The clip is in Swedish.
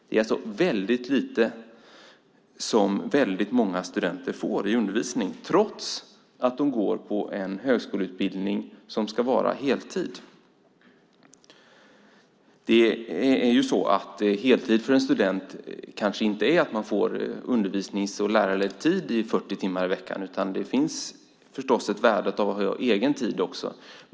Det är lite som många studenter får i undervisning trots att de går på en högskoleutbildning som ska vara heltid. Heltid för en student kanske inte är att man får undervisning och lärarledd tid 40 timmar i veckan. Det finns förstås ett värde i att ha egen tid också.